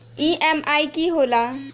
EMI की होला?